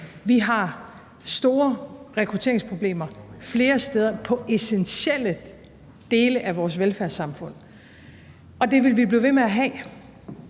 Vi har store rekrutteringsproblemer flere steder i essentielle dele af vores velfærdssamfund, og det vil vi blive ved med at have.